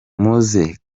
mzee